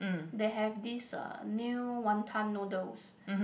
they have this uh new wanton noodles